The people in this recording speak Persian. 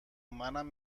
منم